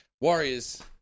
Warriors